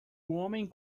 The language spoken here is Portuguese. homem